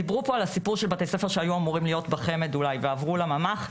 דיברו פה על הסיפור של בתי הספר שהיו אמורים להיות בחמ"ד ועברו לממ"ח.